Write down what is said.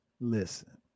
Listen